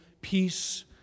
peace